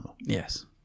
Yes